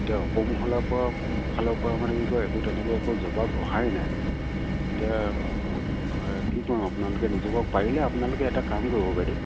এতিয়া ওপৰ মহলাৰ পৰা ফালৰ পৰা মানে কি কয় একো তেনেকে একো জবাব অহা এ নাই এতিয়া কি কম আপোনালোকে নিজক পাৰিলে আপোনালোকে এটা কাম কৰিব বাইদেউ